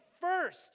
first